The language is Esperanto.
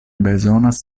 bezonas